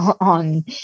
on